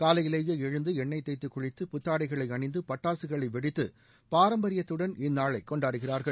காலையிலேயே எழுந்து எண்ணெய் தேய்த்து குளித்து புத்தாளடகளை அணிந்து பட்டாசுகளை வெடித்து பாரம்பரியத்துடன் இந்நாளை கொண்டாடுகிறார்கள்